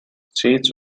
streets